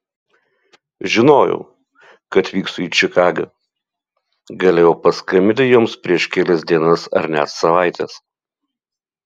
žinojau kad vyksiu į čikagą galėjau paskambinti joms prieš kelias dienas ar net savaites